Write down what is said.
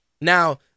Now